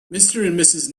mrs